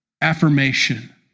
Affirmation